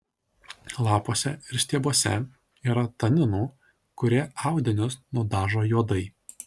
lapuose ir stiebuose yra taninų kurie audinius nudažo juodai